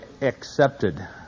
accepted